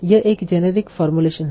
यह एक generic formulation है